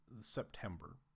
September